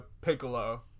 Piccolo